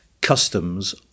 customs